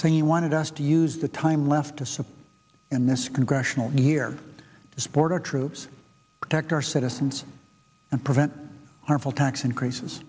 saying he wanted us to use the time left to support in this congressional here to support our troops protect our citizens and prevent harmful tax increases